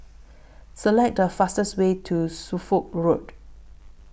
Select The fastest Way to Suffolk Road